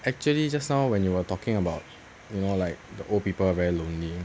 actually just now when you were talking about you know like the old people very lonely